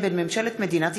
(תיקון, ביטול החוק),